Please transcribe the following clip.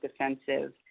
defensive